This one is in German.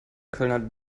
kölner